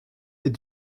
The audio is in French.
est